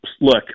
look